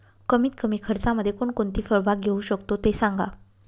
कमीत कमी खर्चामध्ये कोणकोणती फळबाग घेऊ शकतो ते सांगा